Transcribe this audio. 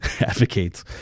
advocates